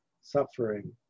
suffering